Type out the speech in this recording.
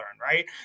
right